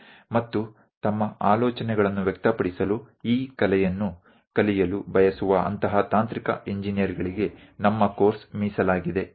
અને અમારો અભ્યાસક્રમ આવા તકનીકી ઇજનેરો માટે છે જેઓ તેમના વિચારો વ્યક્ત કરવાની આ કળા શીખવા માંગે છે